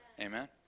Amen